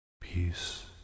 Peace